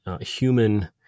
human